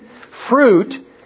Fruit